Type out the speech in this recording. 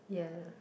ya